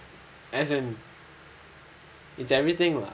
as in it's everything lah